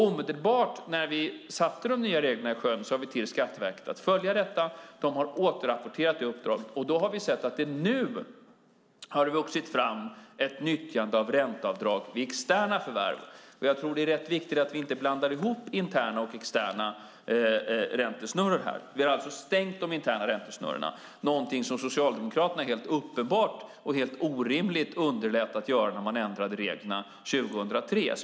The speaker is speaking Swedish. Omedelbart när vi sjösatte de nya reglerna sade vi till Skatteverket att följa detta. De har återrapporterat det uppdraget, och då har vi sett att det nu har vuxit fram ett nyttjande av ränteavdrag vid externa förvärv. Jag tror att det är rätt viktigt att vi inte blandar ihop interna och externa räntesnurror här. Vi har alltså stängt de interna räntesnurrorna, någonting som Socialdemokraterna helt uppenbart och helt orimligt underlät att göra när man ändrade reglerna 2003.